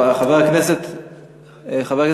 חבר הכנסת מוזס.